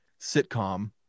sitcom